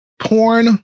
porn